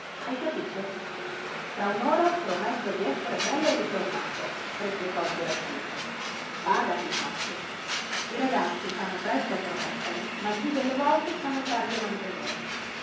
hai capito fra unora prometto di essere belle ritornato replicò il burattino bada pinocchio i ragazzi fanno presto a promettere ma il più delle volte fanno tardi a mantenere